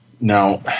Now